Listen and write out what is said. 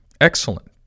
Excellent